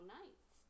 nice